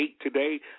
today